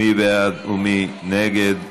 מי בעד ומי נגד?